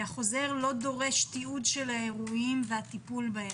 החוזר לא דורש תיעוד של האירועים והטיפול בהם.